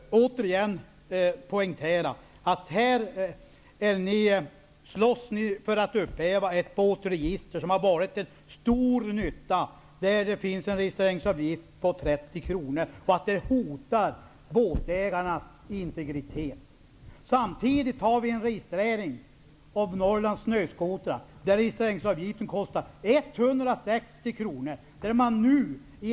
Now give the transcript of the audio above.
Herr talman! Jag vill återigen poängtera att ni slåss för att upphäva ett båtregister som har varit till stor nytta, med en registreringsavgift på 30 kr, för att det hotar båtägarnas integritet. Samtidigt finns en registreringsskyldighet för Norrlands snöskotrar. Den registreringsavgiften kostar 160 kr.